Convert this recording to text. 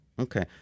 Okay